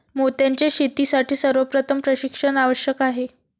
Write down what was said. मोत्यांच्या शेतीसाठी सर्वप्रथम प्रशिक्षण आवश्यक आहे